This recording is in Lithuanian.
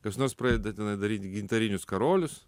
kas nors pradeda daryti gintarinius karolius